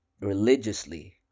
religiously